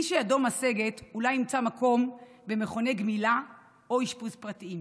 מי שידו משגת אולי ימצא מקום במכוני גמילה או אשפוז פרטיים,